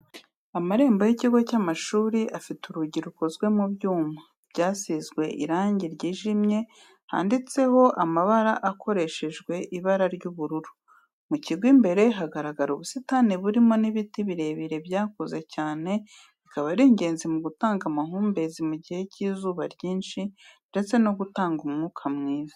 Amarembo y'ikigo cy'amashuri afite urugi rukoze mu byuma byasizwe irangi ryijimye, handitseho amagambo akoreshejwe ibara ry'ubururu, mu kigo imbere hagaragara ubusitani burimo n'ibiti birebire byakuze cyane bikaba ari ingenzi mu gutanga amahumbezi mu gihe cy'izuba ryinshi ndetse no gutanga umwuka mwiza.